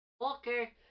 Okay